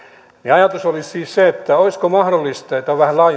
ajatus olisi siis se että olisiko mahdollista ja tämä on vähän laajempi